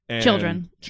Children